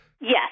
Yes